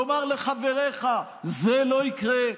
לומר לחבריך: זה לא יקרה,